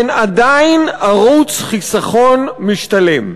הן עדיין ערוץ חיסכון משתלם.